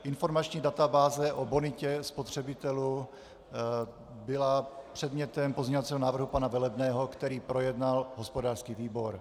Informační databáze o bonitě spotřebitelů byla předmětem pozměňovacího návrhu pana Velebného, který projednal hospodářský výbor.